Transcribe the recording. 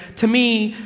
to me,